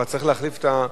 כבר צריך להחליף את הכותרת.